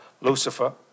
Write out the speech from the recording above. Lucifer